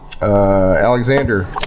Alexander